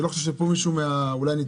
אני לא חושב שפה מישהו מהנוכחים מכיר.